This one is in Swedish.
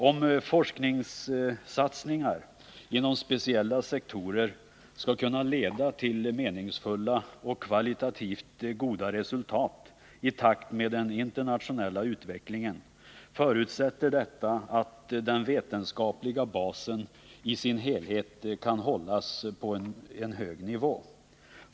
Om forskningssatsningar inom speciella sektorer skall kunna leda till meningsfulla och kvalitativt goda resultat i takt med den internationella utvecklingen måste den vetenskapliga basen i sin helhet kunna hållas på en hög nivå.